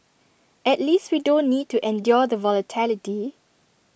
at least we don't need to endure the volatility